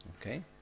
okay